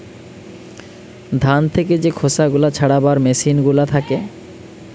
ধান থেকে যে খোসা গুলা ছাড়াবার মেসিন গুলা থাকে